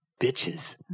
bitches